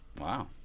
wow